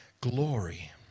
glory